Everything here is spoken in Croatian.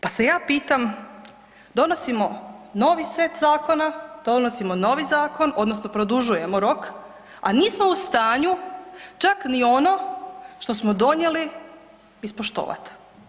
Pa se ja pitam, donosimo novi set zakona, donosimo novi zakon, odnosno produžujemo rok, a nismo u stanju čak ni ono što smo donijeli, ispoštovati.